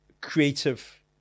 Creative